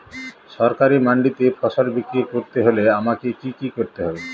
সরকারি মান্ডিতে ফসল বিক্রি করতে হলে আমাকে কি কি করতে হবে?